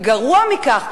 וגרוע מכך,